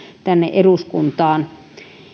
tänne eduskuntaan